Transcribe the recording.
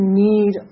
need